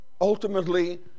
Ultimately